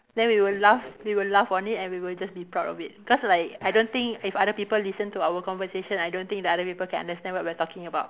then we will laugh we will laugh on it and we will just be proud of it because like I don't think if other people listen to our conversation I don't think the other people can understand what we're talking about